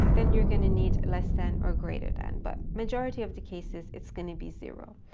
then you're going to need less than or greater than. but, majority of the cases, it's going to be zero.